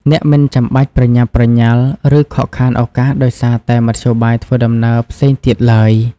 អ្នកមិនចាំបាច់ប្រញាប់ប្រញាល់ ឬខកខានឱកាសដោយសារតែមធ្យោបាយធ្វើដំណើរផ្សេងទៀតឡើយ។